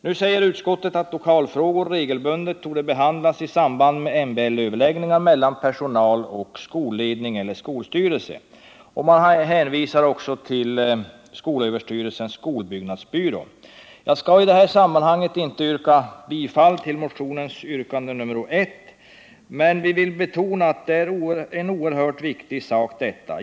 Nu säger utskottet att lokalfrågor regelbundet torde behandlas i samband med MBL-överläggningar mellan personal och skolledning eller skolstyrelse. Man hänvisar också till skolöverstyrelsens skolbyggnadsbyrå. Jag skall i detta sammanhang inte yrka bifall till motionens yrkande nr 1, men jag vill betona att detta är en oerhört viktig sak.